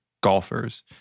golfers